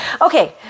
okay